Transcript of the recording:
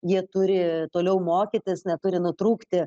jie turi toliau mokytis neturi nutrūkti